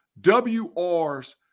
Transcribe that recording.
WRs